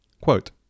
Quote